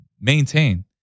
maintain